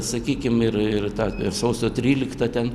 sakykim ir ir tą sausio tryliktą ten